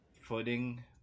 footing